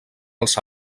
els